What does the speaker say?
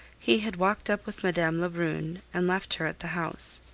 he had walked up with madame lebrun and left her at the house.